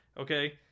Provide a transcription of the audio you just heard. Okay